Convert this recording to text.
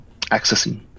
accessing